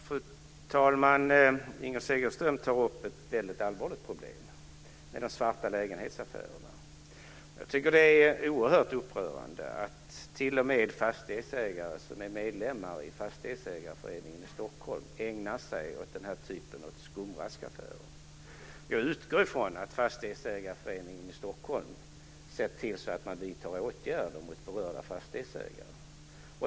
Fru talman! Inger Segelström tar upp ett väldigt allvarligt problem: de svarta lägenhetsaffärerna. Jag tycker att det är oerhört upprörande att t.o.m. fastighetsägare som är medlemmar i Fastighetsägareföreningen i Stockholm ägnar sig åt den här typen av skumraskaffärer. Jag utgår från att Fastighetsägareföreningen i Stockholm ser till att vidta åtgärder mot berörda fastighetsägare.